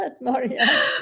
Maria